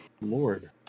Lord